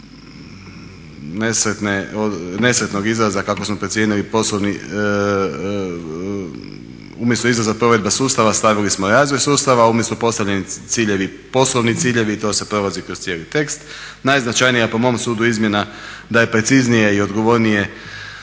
nesretnog izraza umjesto izraza provedba sustava stavili smo razvoj sustava, a umjesto postavljeni ciljevi poslovni ciljevi i to sad prolazi kroz cijeli tekst. Najznačajnija, po mom sudu, izmjena je da je preciznije i odgovornije